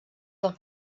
del